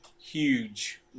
huge